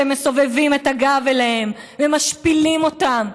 שהם מסובבים את הגב אליהן ומשפילים אותן.